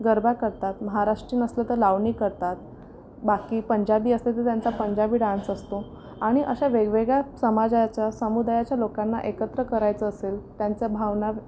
गरबा करतात महाराष्ट्रीयन असले तर लावणी करतात बाकी पंजाबी असले तर त्यांचा पंजाबी डान्स असतो आणि अशा वेगवेगळ्या समाजाच्या समुदायाच्या लोकांना एकत्र करायचं असेल त्यांचा भावना